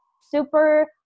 super